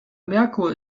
merkur